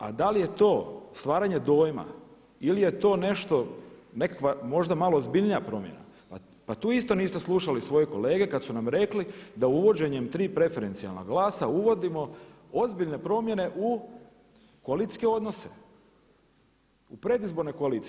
A da li je to stvaranje dojma ili je to nešto, nekakva možda malo ozbiljnija promjena, pa tu isto niste slušali svoje kolege kada su nam rekli da uvođenjem tri preferencijalna glasa uvodimo ozbiljne promjene u koalicijske odnose, u predizbornoj koaliciji.